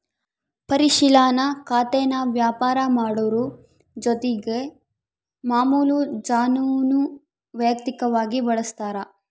ಪರಿಶಿಲನಾ ಖಾತೇನಾ ವ್ಯಾಪಾರ ಮಾಡೋರು ಜೊತಿಗೆ ಮಾಮುಲು ಜನಾನೂ ವೈಯಕ್ತಕವಾಗಿ ಬಳುಸ್ತಾರ